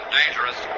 dangerous